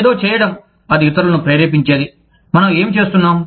ఏదో చేయడం అది ఇతరులను ప్రేరేపించేది మనం ఏమి చేస్తున్నాం